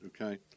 okay